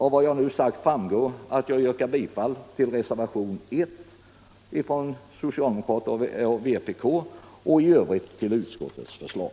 Av vad jag nu sagt framgår att jag yrkar bifall till reservationen 1 från socialdemokrater och vpk och i övrigt till utskottets förslag.